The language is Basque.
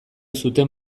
zuten